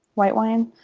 white wine.